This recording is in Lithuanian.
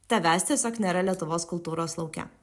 tavęs tiesiog nėra lietuvos kultūros lauke